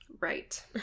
right